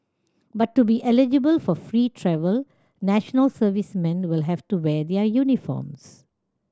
but to be eligible for free travel national servicemen will have to wear their uniforms